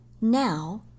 Now